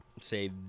say